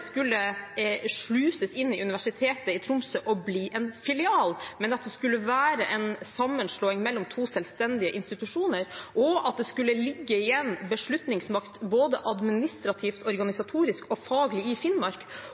skulle sluses inn i Universitetet i Tromsø og bli en filial, men at det skulle være en sammenslåing mellom to selvstendige institusjoner, at det skulle ligge igjen beslutningsmakt både administrativt, organisatorisk og faglig i Finnmark,